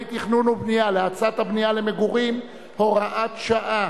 תכנון ובנייה להאצת הבנייה למגורים (הוראת שעה),